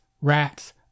rats